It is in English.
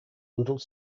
little